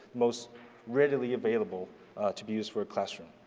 most readily available to be used for a classroom